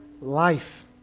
life